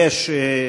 יש.